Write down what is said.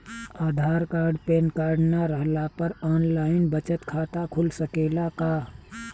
आधार card PAN card न रहला पर आन लाइन बचत खाता खुल सकेला का?